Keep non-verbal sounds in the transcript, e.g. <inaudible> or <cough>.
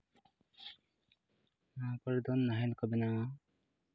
<unintelligible> ᱱᱟᱦᱮᱞ ᱠᱚ ᱵᱮᱱᱟᱣᱟ